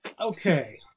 Okay